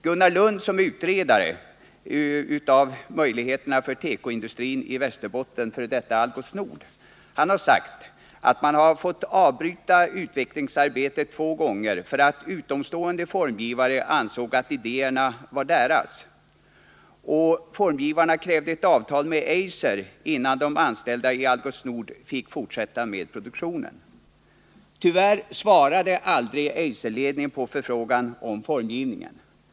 Gunnar Lund, som är utredare av möjligheterna för tekoindustrin i Västerbotten, f. d. Algots Nord, har sagt att man har måst avbryta utvecklingsarbetet två gånger därför att utomstående formgivare ansett att idéerna var deras. Formgivarna krävde ett avtal med Eiser innan de anställda i Algots Nord fick fortsätta med produktionen. Tyvärr svarade aldrig Eiserledningen på förfrågan om formgivningen.